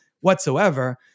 whatsoever